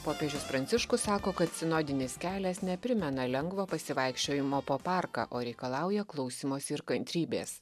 popiežius pranciškus sako kad sinodinis kelias neprimena lengvo pasivaikščiojimo po parką o reikalauja klausymosi ir kantrybės